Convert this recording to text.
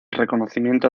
reconocimiento